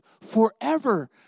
forever